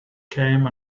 came